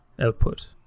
output